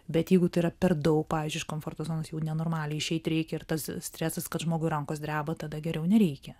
bet jeigu tai yra per daug pavyzdžiui iš komforto zonos jau nenormaliai išeiti reikia ir tas stresas kad žmogui rankos dreba tada geriau nereikia